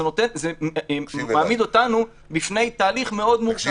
זה מעמיד אותנו בפני תהליך מאוד מורכב.